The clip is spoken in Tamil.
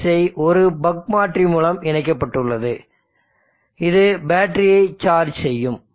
வரிசை ஒரு பக் மாற்றி மூலம் இணைக்கப்பட்டுள்ளது இது பேட்டரியை சார்ஜ் செய்யும்